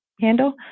handle